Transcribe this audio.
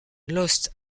lost